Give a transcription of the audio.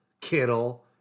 Kittle